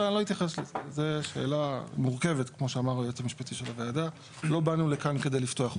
לא אתייחס לזה כי זו שאלה מורכבת ולא באנו לכאן כדי לפתוח אותה,